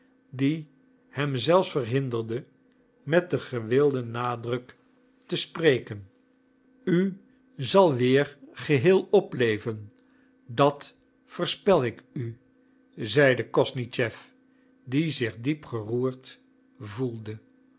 die hem zelfs verhinderde met den gewilden nadruk te spreken u zal weer geheel opleven dat verspel ik u zeide kosnischew die zich diep geroerd gevoelde